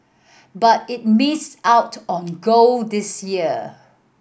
but it missed out on gold this year